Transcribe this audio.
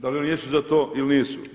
Da li oni jesu za to ili nisu?